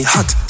Hot